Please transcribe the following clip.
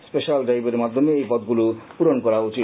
special ড্রাইভের মাধ্যমে এই পদগুলি পূরণ করা উচিৎ